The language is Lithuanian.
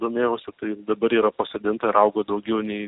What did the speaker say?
domėjausi tai dabar yra pasodinta ir augo daugiau nei